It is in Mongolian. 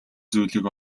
зүйлийг